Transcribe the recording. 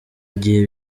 gihe